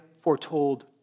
foretold